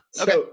Okay